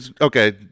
Okay